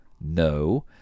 No